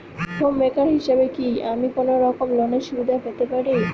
Home maker হিসেবে কি আমি কোনো রকম লোনের সুবিধা পেতে পারি?